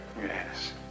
yes